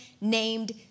named